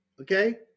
Okay